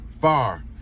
far